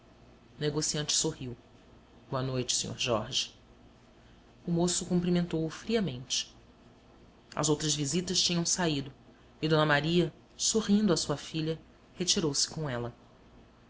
negociante sorriu boa noite sr jorge o moço cumprimentou-o friamente as outras visitas tinham saído e d maria sorrindo à sua filha retirou-se com ela